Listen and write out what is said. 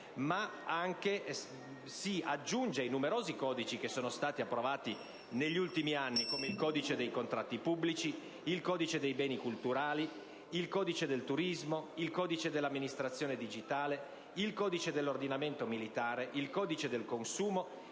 esso si aggiunge ai numerosi codici che sono stati approvati negli ultimi anni: penso al codice dei contratti pubblici, al codice dei beni culturali, al codice del turismo, al codice dell'amministrazione digitale, al codice dell'ordinamento militare, al codice del consumo,